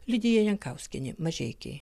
lidija jankauskienė mažeikiai